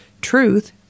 Truth